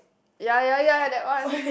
ya ya ya that one